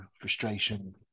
frustration